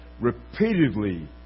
repeatedly